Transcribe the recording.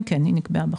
כן, נקבעה בחוק.